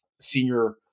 senior